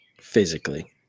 physically